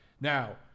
Now